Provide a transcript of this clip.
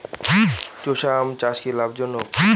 চোষা আম চাষ কি লাভজনক?